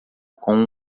com